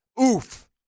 Oof